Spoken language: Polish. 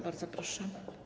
Bardzo proszę.